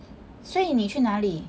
所以你去哪里